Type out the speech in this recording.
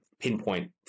pinpoint